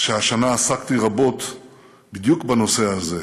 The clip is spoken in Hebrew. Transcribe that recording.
שהשנה עסקתי רבות בדיוק בנושא הזה,